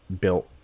built